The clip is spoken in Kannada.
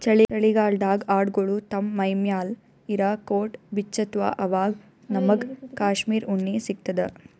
ಚಳಿಗಾಲ್ಡಾಗ್ ಆಡ್ಗೊಳು ತಮ್ಮ್ ಮೈಮ್ಯಾಲ್ ಇರಾ ಕೋಟ್ ಬಿಚ್ಚತ್ತ್ವಆವಾಗ್ ನಮ್ಮಗ್ ಕಾಶ್ಮೀರ್ ಉಣ್ಣಿ ಸಿಗ್ತದ